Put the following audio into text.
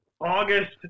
august